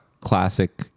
classic